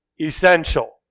essential